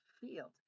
field